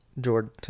Jordan